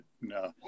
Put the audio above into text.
no